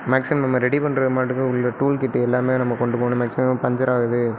maximum நம்ம ready பண்ணுறது மாட்டுக்கும் உள்ள டூல் கிட் எல்லாமே தான் நம்ம கொண்டு போகணும் மேக்ஸிமம் பஞ்சராகுது